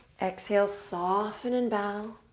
exhale, soften and bow.